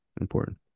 important